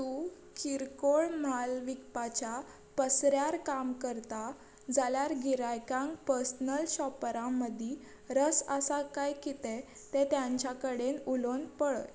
तूं किरकोळ म्हाल विकपाच्या पसऱ्यार काम करता जाल्यार गिरायकांक पर्सनल शॉपरा मदीं रस आसा काय कितें तें तांच्या कडेन उलोवन पळय